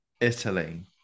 Italy